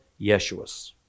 Yeshua's